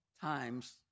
times